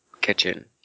Kitchen